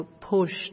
push